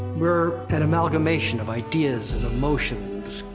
we're an amalgamation of ideas, of emotions,